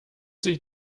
sich